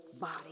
body